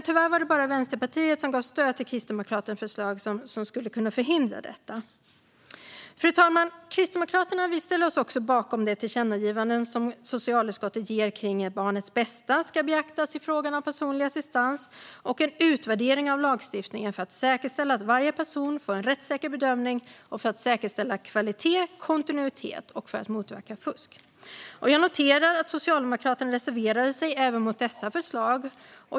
Tyvärr var det bara Vänsterpartiet som gav stöd till Kristdemokraternas förslag, som skulle kunna förhindra detta. Fru talman! Vi kristdemokrater ställer oss också bakom de tillkännagivanden som socialutskottet föreslår om att barnets bästa ska beaktas i frågan om personlig assistans och om en utvärdering av lagstiftningen för att säkerställa att varje person får en rättssäker bedömning, för att säkerställa kvalitet och kontinuitet och för att motverka fusk. Jag noterade att Socialdemokraterna reserverade sig även mot dessa förslag.